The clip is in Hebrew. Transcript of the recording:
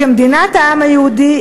כמדינת העם היהודי,